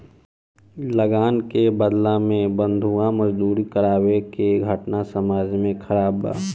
लगान के बदला में बंधुआ मजदूरी करावे के घटना समाज में खराब बा